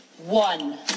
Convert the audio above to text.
One